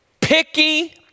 picky